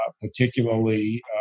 particularly